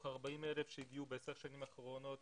40,000 שהגיעו ב-10 השנים האחרונות,